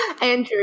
Andrew